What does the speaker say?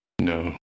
No